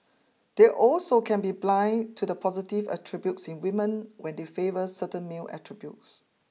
they also can be blind to the positive attributes in women when they favour certain male attributes